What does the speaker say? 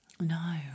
No